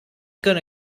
gonna